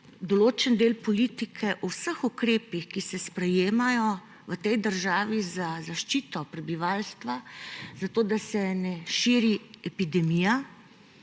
določen del politike o vseh ukrepih, ki se sprejemajo v tej državi za zaščito prebivalstva, zato da se ne širi epidemija,